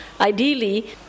Ideally